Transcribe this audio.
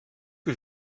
que